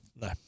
No